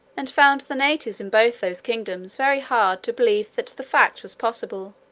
and found the natives in both those kingdoms very hard to believe that the fact was possible